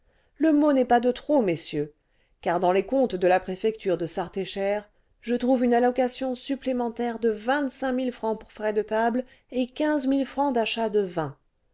le mot n'est pas de trop messieurs car dans les comptes de la préfecture de sarthe et cher je trouve une allocation supplémentaire de vingt-cinq mille francs pour frais de table et quinze mille francs d'achats de vins